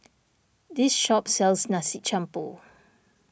this shop sells Nasi Campur